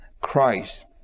Christ